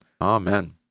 Amen